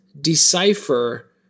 decipher